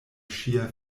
ŝia